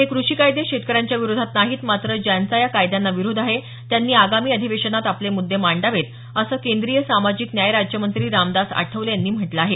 हे कृषी कायदे शेतकऱ्यांच्या विरोधात नाहीत मात्र ज्यांचा या कायद्यांना विरोध आहे त्यांनी आगामी अधिवेशनात आपले मुद्दे मांडावेत असं केंद्रीय सामाजिक न्याय राज्यमंत्री रामदास आठवले यांनी म्हटलं आहे